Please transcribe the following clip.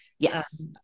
Yes